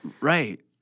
Right